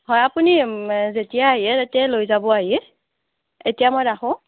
হয় আপুনি যেতিয়াই আহে লৈ যাব আহি এতিয়া মই ৰাখোঁ